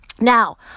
Now